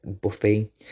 Buffy